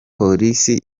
polisi